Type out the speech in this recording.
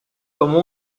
como